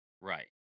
Right